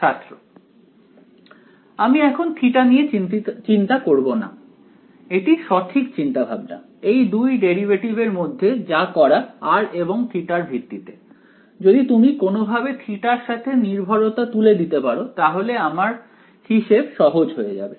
ছাত্র আমি এখন থিটা নিয়ে চিন্তা করব না এটি সঠিক চিন্তাভাবনা এই দুই ডেরিভেটিভ এর মধ্যে যা করা r এবং থিটা এর ভিত্তিতে যদি তুমি কোন ভাবে থিটা এর সাথে নির্ভরতা তুলে দিতে পারো তাহলে আমার হিসেব সহজ হয়ে যাবে